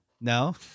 no